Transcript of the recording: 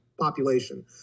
population